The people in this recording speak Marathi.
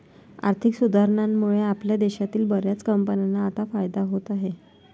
आर्थिक सुधारणांमुळे आपल्या देशातील बर्याच कंपन्यांना आता फायदा होत आहे